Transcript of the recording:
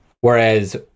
whereas